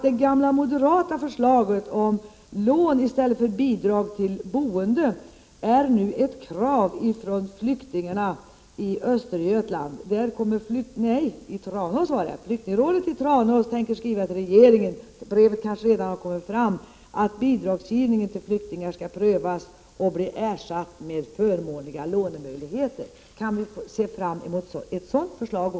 Det gamla moderata förslaget om lån i stället för bidrag till boende är nu ett krav från Flyktingrådet i Tranås. Det har skrivit till regeringen — brevet har kanske redan kommit fram — och föreslagit att bidragsgivningen för flyktingar skall överses och ersättas med förmånliga lånemöjligheter. Kan vi se fram emot också ett sådant förslag?